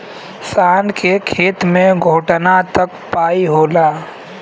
शान के खेत मे घोटना तक पाई होला